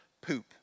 poop